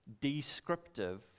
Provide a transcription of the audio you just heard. descriptive